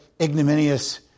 ignominious